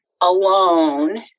alone